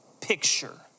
picture